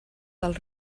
del